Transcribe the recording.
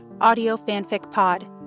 audiofanficpod